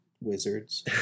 wizards